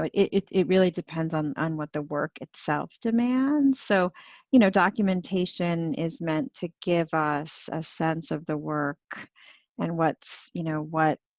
but it it really depends on on what the work itself demands. so you know documentation is meant to give us a sense of the work and you know what.